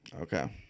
Okay